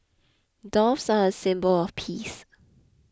doves are a symbol of peace